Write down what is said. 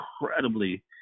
incredibly